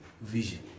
vision